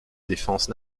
défense